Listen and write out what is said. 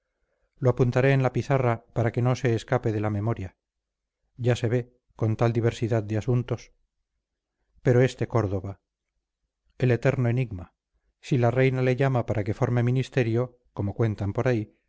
lo apuntaré en la pizarra para que no se escape de la memoria ya se ve con tal diversidad de asuntos pero este córdoba el eterno enigma si la reina le llama para que forme ministerio como cuentan por ahí